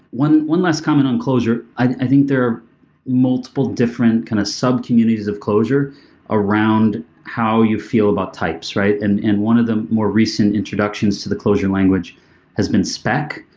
one one last comment on clojure. i think there are multiple different kind of sub-communities of clojure around how you feel about types, right? and and one of the more recent introductions to the clojure language has been spec.